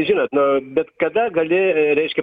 žinot nu bet kada gali reiškia